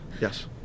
Yes